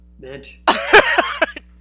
Bitch